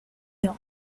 york